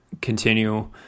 continue